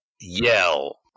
yell